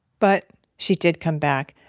but she did come back.